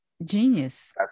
genius